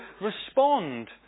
respond